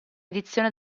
edizione